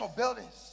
buildings